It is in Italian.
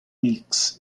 mix